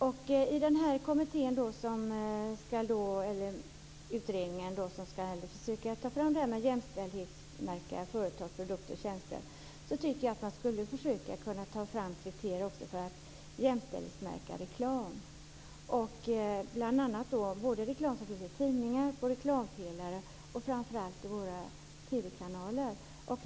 Jag tycker att den utredning som ska ta fram jämställdhetsmärkning av företag, produkter och tjänster också skulle försöka ta fram kriterier för jämställdhetsmärkning av reklam. Det gäller bl.a. reklam som finns i tidningar, på reklampelare och framför allt i våra TV-kanaler.